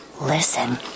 listen